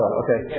okay